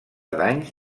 danys